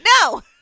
no